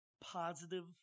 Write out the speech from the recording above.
positive